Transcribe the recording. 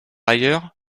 ailleurs